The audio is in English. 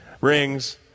rings